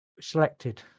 Selected